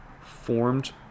formed